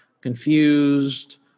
confused